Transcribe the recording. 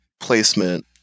placement